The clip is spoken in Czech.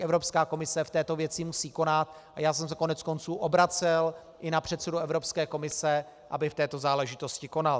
Evropská komise v této věci musí konat a já jsem se koneckonců obracel i na předsedu Evropské komise, aby v této záležitosti konal.